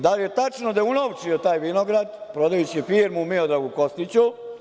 Da li je tačno da je unovčio taj vinograd, prodajući firmu Miloradu Kostiću?